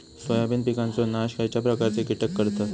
Soybean पिकांचो नाश खयच्या प्रकारचे कीटक करतत?